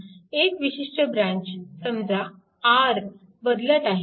एक विशिष्ट ब्रँच समजा R बदलत आहे